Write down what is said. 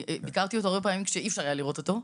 אני ביקרתי אותו הרבה פעמים כשאי אפשר היה לראות אותו,